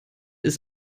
ist